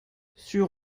sur